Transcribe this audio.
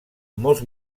molts